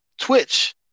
Twitch